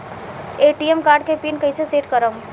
ATM card के pin कैसे set करम?